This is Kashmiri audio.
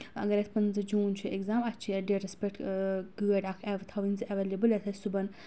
اگر یَتھ پَنٛژٕ جوٗن چھُ ایٚگزام اَسہِ چھِ ڈیٹَس پؠٹھ گٲڑۍ اکھ تھاوٕنۍ زِ ایویلیبٕل یَتھ آسہِ صُحبَن